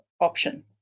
option